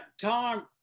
time